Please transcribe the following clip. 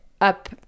up